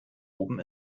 oben